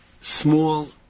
small